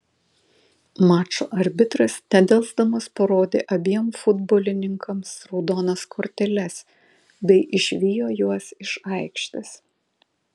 mačo arbitras nedelsdamas parodė abiem futbolininkams raudonas korteles bei išvijo juos iš aikštės